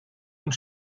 und